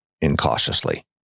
incautiously